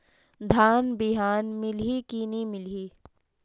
धान बिहान मिलही की नी मिलही?